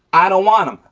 i don't want em,